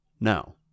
No